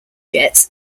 jets